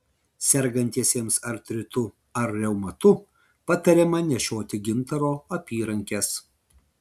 sergantiesiems artritu ar reumatu patariama nešioti gintaro apyrankes